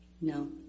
No